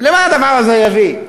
ולמה הדבר הזה יביא?